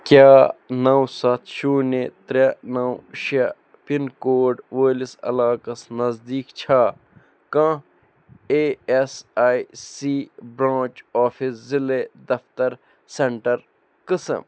کیٛاہ نَو ستھ شوٗنہِ ترٛےٚ نَو شےٚ پِن کوڈ وٲلِس علاقس نزدیٖک چھا کانٛہہ A S I C branch office ضلعہ دفتر سیٚنٹر قٕسم